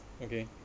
okay